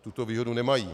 tuto výhodu nemají?